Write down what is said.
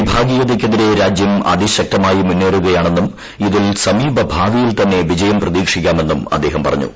വിഭാഗീയതക്കെതിരെ രാജ്യം അതിശക്തമായി മുന്നേറുകയാണെന്നും ഇതിൽ സമീപഭാവിയിൽ തന്നെ വിജയം പ്രതീക്ഷിക്കാമെന്നും അദ്ദേഹം പറഞ്ഞു